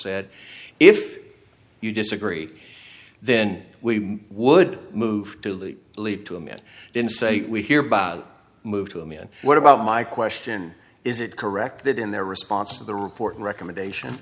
said if you disagree then we would move to leave to him it didn't say we hereby move to me and what about my question is it correct that in their response to the report recommendation